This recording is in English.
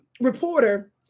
reporter